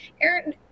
Aaron